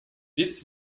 this